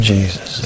Jesus